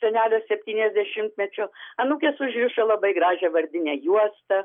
senelio septyniasdešimtmečio anūkės užrišo labai gražią vardinę juostą